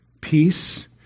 peace